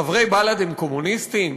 חברי בל"ד הם קומוניסטים?